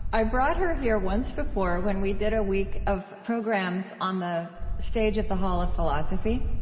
i brought her here once before, when we did a week of programs on the stage at the hall of philosophy.